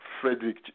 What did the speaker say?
Frederick